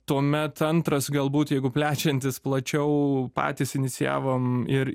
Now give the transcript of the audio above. tuomet centras galbūt jeigu plečiantis plačiau patys inicijavom ir